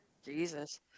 jesus